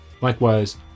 likewise